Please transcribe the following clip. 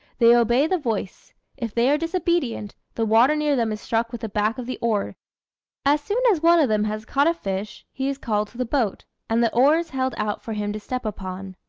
they obey the voice if they are disobedient, the water near them is struck with the back of the oar as soon as one of them has caught a fish, he is called to the boat, and the oar is held out for him to step upon.